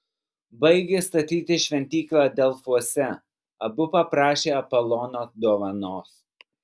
baigę statyti šventyklą delfuose abu paprašė apolono dovanos